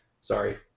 Sorry